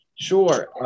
sure